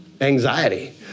anxiety